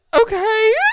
okay